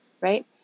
right